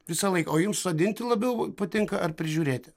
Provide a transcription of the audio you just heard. visą laiką o jums sodinti labiau patinka ar prižiūrėti